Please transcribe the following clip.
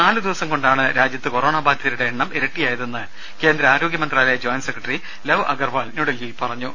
നാലുദിവസംകൊണ്ടാണ് രാജ്യത്ത് കൊറോണ ബാധിതരുടെ എണ്ണം ഇരട്ടിയായതെന്ന് കേന്ദ്ര ആരോഗ്യമന്താലായ ജോയിന്റ് സെക്രട്ടറി ലെവ് അഗർവാൾ ന്യൂഡൽഹിയിൽ പറഞ്ഞു